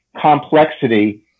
complexity